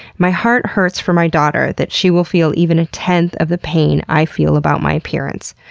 my heart hurts for my daughter that she will feel even a tenth of the pain i feel about my appearance.